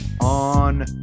on